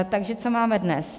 Takže co máme dnes?